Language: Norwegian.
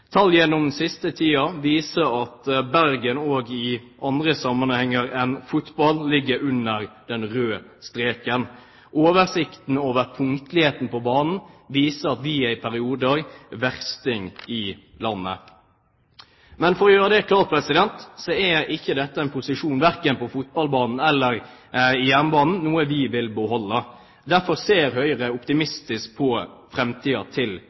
siste tiden viser at Bergen også i andre sammenhenger enn fotball ligger under den røde streken. Oversikten over punktligheten på banen viser at vi i perioder er versting i landet. Men, for å gjøre det klart, dette er ikke en posisjon – verken på fotballbanen eller i jernbanen – vi vil beholde. Derfor ser Høyre optimistisk på framtiden til